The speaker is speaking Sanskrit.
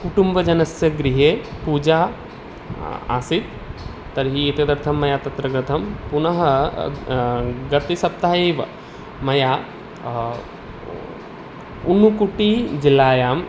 कुटुम्बजनस्य गृहे पूजा आसीत् तर्हि तदर्थं मया तत्र गतं पुनः गते सप्ताहे एव मया उनुकुटि जिल्लायाम्